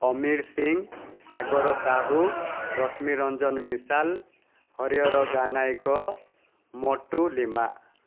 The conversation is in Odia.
ଅମୀର ସିଂ ସାଗର ସାହୁ ରଶ୍ମିରଞ୍ଜନ ମିସାଲ ହରିହର ଗାନାୟକ ମୋଟୁ ଲିମା